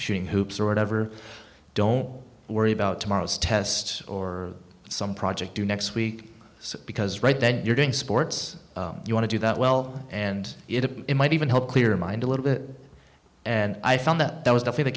shooting hoops or whatever don't worry about tomorrow's tests or some project do next week because right then you're doing sports you want to do that well and it might even help clear mind a little bit and i found that that was tough in th